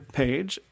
page